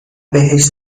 بهش